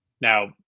Now